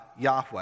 Yahweh